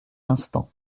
instant